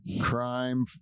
crime